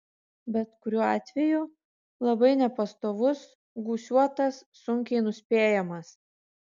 bet kuriuo atveju labai nepastovus gūsiuotas sunkiai nuspėjamas